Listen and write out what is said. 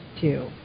two